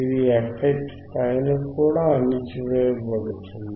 ఇది fH పైన కూడా అణచివేయబడుతుంది